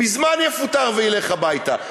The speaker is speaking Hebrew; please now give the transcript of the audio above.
מזמן יפוטר וילך הביתה,